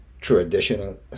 traditional